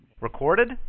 Recorded